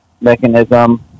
mechanism